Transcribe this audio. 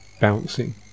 bouncing